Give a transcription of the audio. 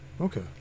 Okay